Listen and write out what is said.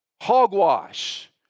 Hogwash